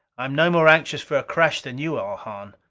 i am no more anxious for a crash than you are, hahn.